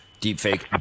deepfake